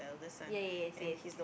ya ya yes yes